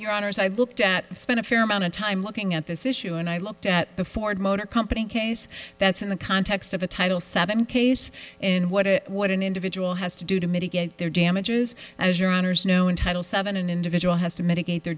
your honors i've looked at spent a fair amount of time looking at this issue and i looked at the ford motor company case that's in the context of a title seven case and what it what an individual has to do to mitigate their damages as your no entitle seven an individual has to mitigate their